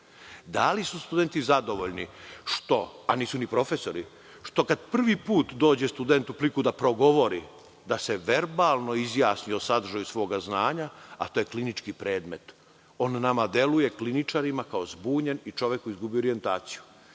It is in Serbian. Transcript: li su studenti zadovoljni, a nisu ni profesori, što kad prvi put dođe student u priliku da progovori, da se verbalno izjasni o sadržaju svog znanja, a to je klinički predmet? On nama deluje, kliničarima, kao zbunjen i čovek koji gubi orijentaciju.